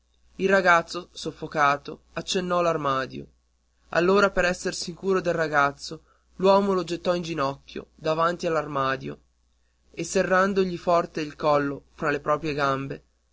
il ragazzo soffocato accennò l'armadio allora per esser sicuro del ragazzo l'uomo lo gittò in ginocchio davanti all'armadio e serrandogli forte il collo fra le proprie gambe